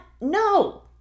No